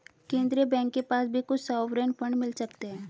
केन्द्रीय बैंक के पास भी कुछ सॉवरेन फंड मिल सकते हैं